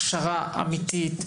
הכשרה אמיתית,